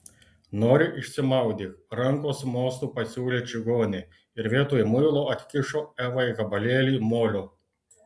nori išsimaudyk rankos mostu pasiūlė čigonė ir vietoj muilo atkišo evai gabalėlį molio